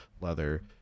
leather